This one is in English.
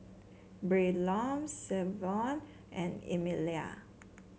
Braylon Savon and Emelia